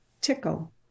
tickle